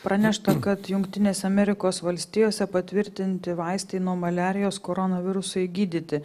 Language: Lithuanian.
pranešta kad jungtinėse amerikos valstijose patvirtinti vaistai nuo maliarijos koronavirusui gydyti